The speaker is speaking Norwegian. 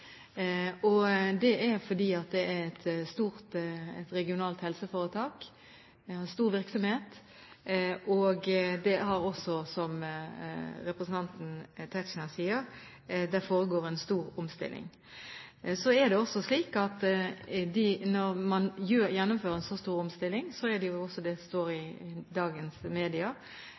Det er fordi det er et regionalt helseforetak, som har en stor virksomhet og, som representanten Tetzschner sier, det foregår en stor omstilling. Så er det også slik at når man gjennomfører en så stor omstilling, er, som det står i dagens media,